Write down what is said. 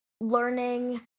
learning